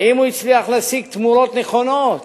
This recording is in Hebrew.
האם הוא הצליח להשיג תמורות נכונות